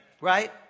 Right